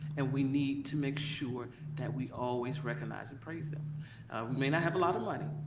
and we need to make sure that we always recognize and praise them. we may not have a lot of money,